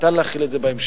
ניתן להחיל את זה בהמשך.